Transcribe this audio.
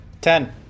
Ten